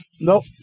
Nope